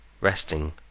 resting